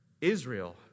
Israel